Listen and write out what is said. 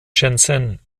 shenzhen